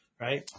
right